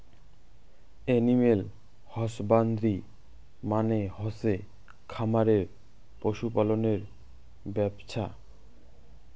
animal husbandry মানে হসে খামারে পশু পালনের ব্যপছা